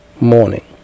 morning